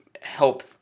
help